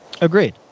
Agreed